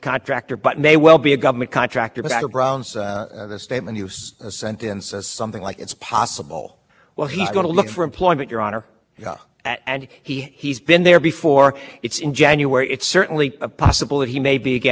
almost always the trigger word for us saying no standing and mr morris it's interesting i mean i know that that he would be out of the case but you really put a lot of emphasis on the analogy between contractors and employees but it seems that in fact